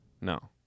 No